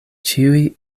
ĉiuj